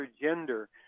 gender